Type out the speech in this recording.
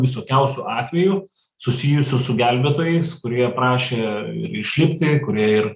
visokiausių atvejų susijusių su gelbėtojais kurie prašė išlikti kurie ir